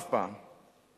אף פעם.